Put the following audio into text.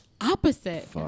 opposite